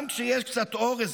גם כשיש קצת אורז,